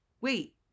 Wait